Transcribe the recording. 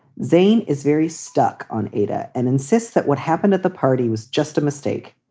zane is very stuck on ada and insists that what happened at the party was just a mistake.